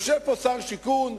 יושב פה שר שיכון,